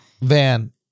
Van